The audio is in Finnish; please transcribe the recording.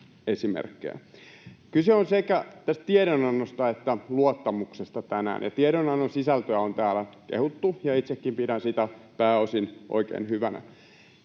Kyse on sekä tästä tiedonannosta että luottamuksesta tänään. Tiedonannon sisältöä on täällä kehuttu, ja itsekin pidän sitä pääosin oikein hyvänä.